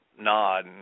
nod